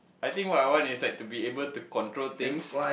I think what I want is like to be able to control things